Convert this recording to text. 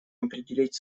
определить